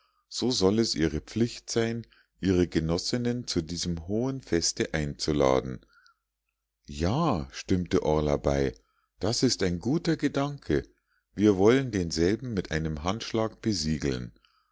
so soll es ihre pflicht sein ihre genossinnen zu diesem hohen feste einzuladen ja stimmte orla bei das ist ein guter gedanke wir wollen denselben mit einem handschlag besiegeln